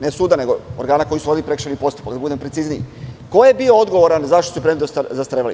ne suda, nego organa koji su vodili prekršajni postupak, da budem precizniji, ko je bio odgovoran zašto predmeti zastarevaju?